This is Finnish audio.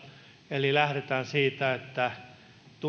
eli lähdetään siitä että